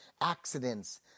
accidents